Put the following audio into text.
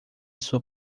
sua